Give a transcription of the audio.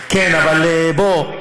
כן, אבל בוא.